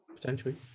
potentially